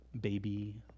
baby